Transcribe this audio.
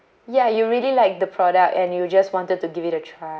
ya you really like the product and you just wanted to give it a try